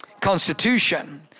Constitution